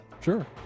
Sure